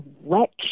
wet